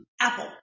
apple